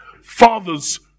Fathers